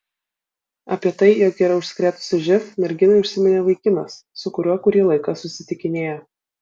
apie tai jog yra užsikrėtusi živ merginai užsiminė vaikinas su kuriuo kurį laiką susitikinėjo